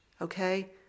okay